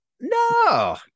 No